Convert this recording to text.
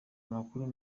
amakuru